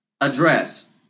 address